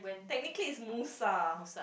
technically it's Musa